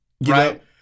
right